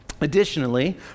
Additionally